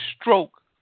stroke